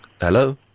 Hello